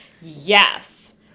Yes